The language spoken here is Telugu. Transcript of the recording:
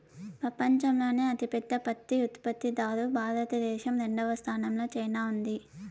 పపంచంలోనే అతి పెద్ద పత్తి ఉత్పత్తి దారు భారత దేశం, రెండవ స్థానం లో చైనా ఉంది